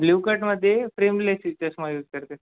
ब्ल्यूकटमध्ये frameless ती चष्मा use करते